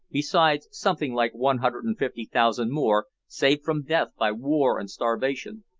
besides something like one hundred and fifty thousand more saved from death by war and starvation,